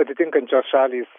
atitinkančios šalys